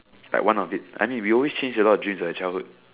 like one of it I mean we always change a lot dreams at childhood